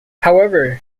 however